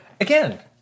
Again